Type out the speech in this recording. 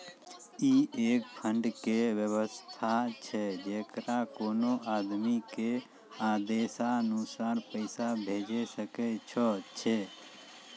ई एक फंड के वयवस्था छै जैकरा कोनो आदमी के आदेशानुसार पैसा भेजै सकै छौ छै?